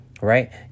right